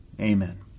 Amen